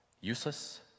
Useless